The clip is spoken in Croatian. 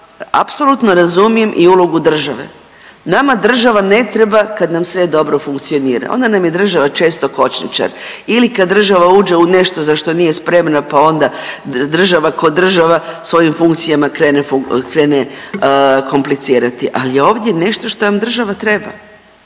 apsolutno razumijem i ulogu države. Nama država ne treba kad nam sve dobro funkcionira, onda nam je država često kočničar. Ili kad država uđe u nešto za što nije spremna, pa onda država ko država svojim funkcijama krene komplicirati. Ali je ovdje nešto što vam država treba.